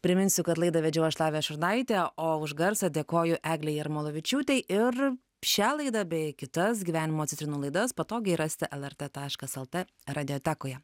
priminsiu kad laidą vedžiau aš lavija šurnaitė o už garsą dėkoju eglei jarmolavičiūtei ir šią laidą bei kitas gyvenimo citrinų laidas patogiai rasite lrt taškas lt radijotekoje